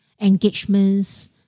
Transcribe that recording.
engagements